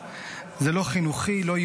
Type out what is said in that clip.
זה לא חינוכי לתת לו משהו.